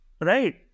Right